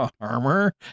armor